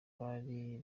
bari